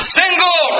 single